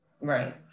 right